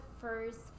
first